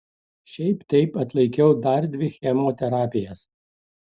šiaip taip atlaikiau dar dvi chemoterapijas